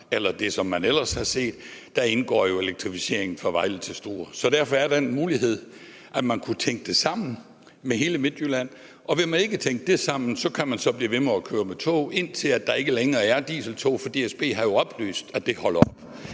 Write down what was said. eller i det, man ellers har set, indgår elektrificering fra Vejle til Struer. Så derfor er der den mulighed, at man kunne tænke det sammen med hele Midtjylland. Og vil man ikke tænke det sammen, kan man blive ved med at køre med tog, indtil der ikke længere er dieseltog, for DSB har jo oplyst, at det holder op.